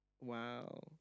Wow